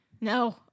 No